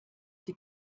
die